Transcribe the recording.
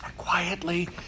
quietly